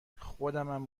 خودمم